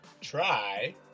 try